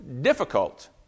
difficult